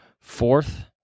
fourth